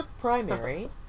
primary